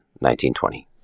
1920